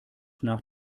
nach